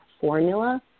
formula